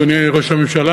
אדוני ראש הממשלה,